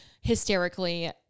hysterically